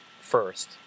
first